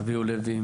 אביהו לוי,